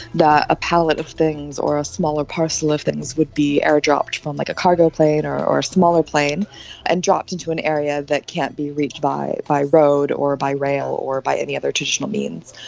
that a palette of things or a smaller parcel of things would be airdropped from like a cargo plane or a smaller plane and dropped into an area that can't be reached by by road or by rail or by any other traditional means.